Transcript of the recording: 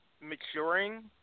maturing